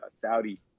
Saudi